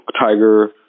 tiger